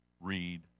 Read